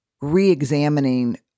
re-examining